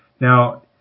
Now